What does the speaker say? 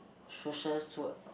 social work